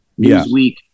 Newsweek